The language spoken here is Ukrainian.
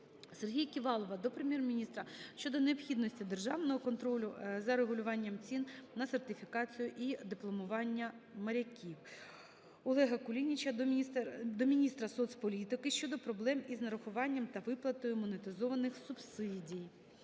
Сергія Ківалова до Прем'єр-міністра щодо необхідності державного контролю за регулюванням цін на сертифікацію і дипломування моряків. Олега Кулініча до міністра соцполітики щодо проблеми із нарахуванням та виплатою монетизованих субсидій.